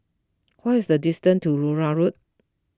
what is the distance to Larut Road